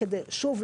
שוב,